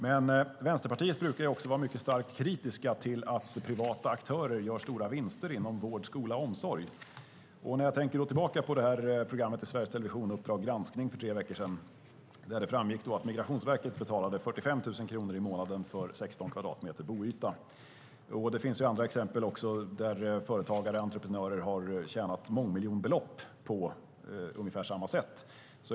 Men Vänsterpartiet brukar också vara mycket starkt kritiskt till att privata aktörer gör stora vinster inom vård, skola och omsorg. Jag tänker då på programmet i Sveriges Television, Uppdrag granskning , för tre veckor sedan. Där framgick det att Migrationsverket betalade 45 000 kronor i månaden för 16 kvadratmeter boyta. Och det finns andra exempel på att företagare och entreprenörer har tjänat mångmiljonbelopp på ungefär samma sätt.